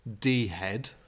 D-head